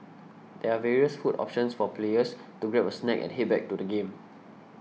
there are various food options for players to grab a snack and head back to the game